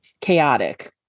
chaotic